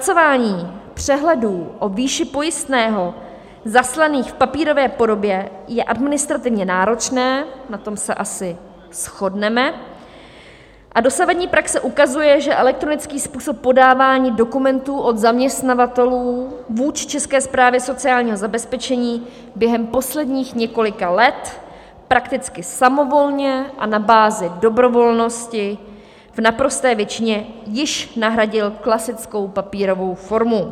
Zpracování přehledů o výši pojistného zaslaných v papírové podobě je administrativně náročné, na tom se asi shodneme, a dosavadní praxe ukazuje, že elektronický způsob podávání dokumentů od zaměstnavatelů vůči České správě sociálního zabezpečení během posledních několika let prakticky samovolně a na bázi dobrovolnosti v naprosté většině již nahradil klasickou papírovou formu.